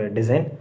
Design